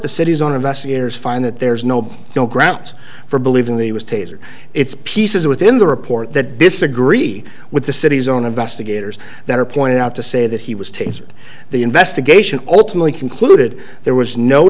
the city's own investigators find that there's no been no grounds for believing the was tasered it's pieces within the report that disagree with the city's own investigators that are pointed out to say that he was tasered the investigation ultimately concluded there was no